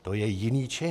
To je jiný čin.